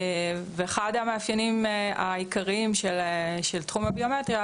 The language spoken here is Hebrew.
אחד המאפיינים העיקריים של תחום הביומטריה